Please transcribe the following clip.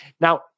Now